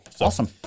Awesome